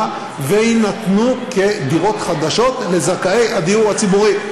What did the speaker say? ויינתנו כדירות חדשות לזכאי הדיור הציבורי.